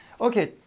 Okay